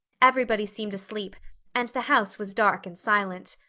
everybody seemed asleep and the house was dark and silent.